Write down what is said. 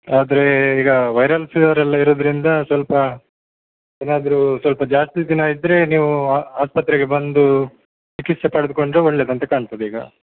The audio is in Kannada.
ಆದರೆ ಈಗ ವೈರಲ್ ಫೀವರೆಲ್ಲ ಇರೋದರಿಂದ ಸ್ವಲ್ಪ ಏನಾದ್ರೂ ಸ್ವಲ್ಪ ಜಾಸ್ತಿ ದಿನ ಇದ್ದರೆ ನೀವು ಆಸ್ಪತ್ರೆಗೆ ಬಂದು ಚಿಕಿತ್ಸೆ ಪಡೆದುಕೊಂಡರೆ ಒಳ್ಳೆದು ಅಂತ ಕಾಣ್ತದೆ ಈಗ